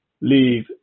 Leave